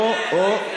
מה יקרה?